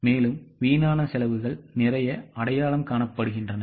மேலும் வீணான செலவுகள் நிறைய அடையாளம் காணப்படுகின்றன